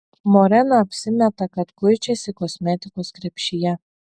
morena apsimeta kad kuičiasi kosmetikos krepšyje